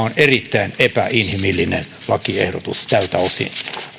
on erittäin epäinhimillinen lakiehdotus tältä osin